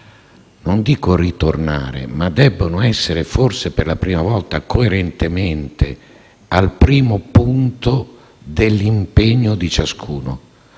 non dico ritornare, ma essere forse per la prima volta, coerentemente, al primo punto dell'impegno di ciascuno